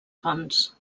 fonts